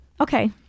okay